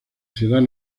ciudad